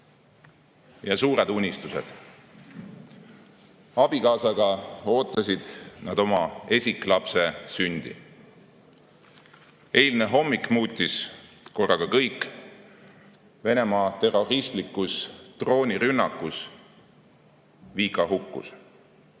ja suured unistused. Nad abikaasaga ootasid oma esiklapse sündi. Eilne hommik muutis korraga kõik, Venemaa terroristlikus droonirünnakus Vika hukkus.